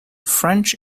french